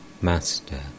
Master